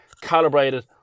calibrated